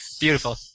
Beautiful